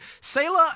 Sailor